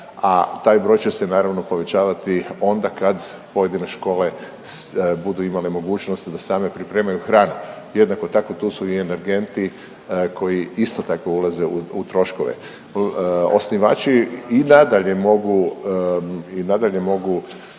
a taj broj će se naravno povećavati onda kad pojedine škole budu imale mogućnost da same pripremaju hranu. Jednako tako tu su i energenti koji isto tako ulaze u troškove. Osnivači i nadalje mogu